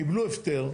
קיבלו הפטר.